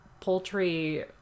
poultry